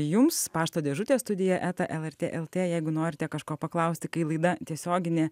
jums pašto dėžutė studija eta lrt lt jeigu norite kažko paklausti kai laida tiesioginė